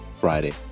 Friday